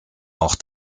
auch